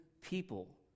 people